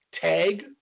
tag